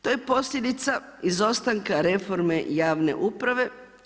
To je posljedica izostanka reforme javne uprave.